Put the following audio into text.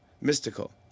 Mystical